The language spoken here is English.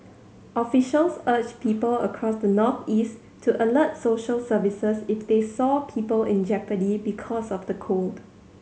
officials urged people across the northeast to alert social services if they saw people in jeopardy because of the cold